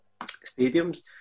stadiums